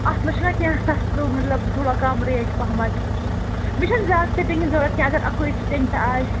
اَتھ منٛز چھُنا کیٚنٛہہ سستہٕ مطلب تھوڑا کَم ریٹ پہم مےٚ چھِنہٕ زیادٕ سِٹِنٛگ ہٕنٛز ضروٗرت کیٚنٛہہ اگر اَکُے سِٹِنٛگ تہِ آسہِ